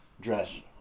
dress